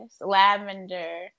lavender